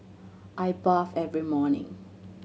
I bathe every morning